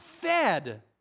fed